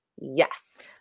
Yes